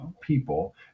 people